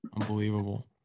Unbelievable